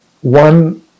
One